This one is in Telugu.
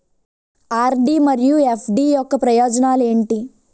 ఆర్.డి మరియు ఎఫ్.డి యొక్క ప్రయోజనాలు ఏంటి?